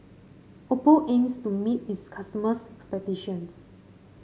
Oppo aims to meet its customers' expectations